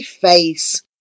face